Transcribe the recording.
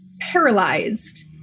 paralyzed